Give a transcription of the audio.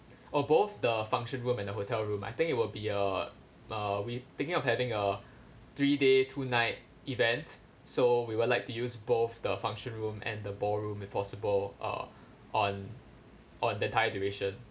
oh both the function room and the hotel room I think it will be a uh we thinking of having a three day two night event so we would like to use both the function room and the ballroom if possible uh on on that time duration